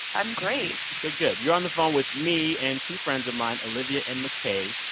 i'm great good, good. you're on the phone with me and two friends of mine olivia and mckay.